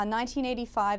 1985